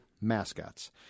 mascots